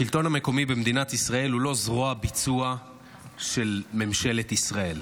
השלטון המקומי במדינת ישראל הוא לא זרוע ביצוע של ממשלת ישראל.